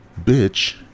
bitch